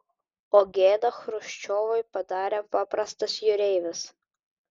o gėdą chruščiovui padarė paprastas jūreivis